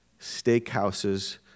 steakhouses